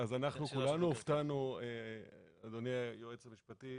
אז אנחנו כולנו הופתענו, אדוני היועץ המשפטי,